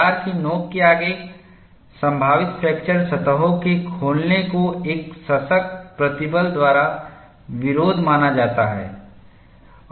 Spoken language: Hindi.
दरार की नोक के आगे संभावित फ्रैक्चर सतहों के खोलने को एक संसक्त प्रतिबल द्वारा विरोध माना जाता है